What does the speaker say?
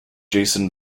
jason